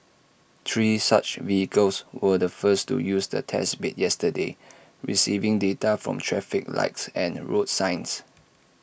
three such vehicles were the first to use the test bed yesterday receiving data from traffic lights and road signs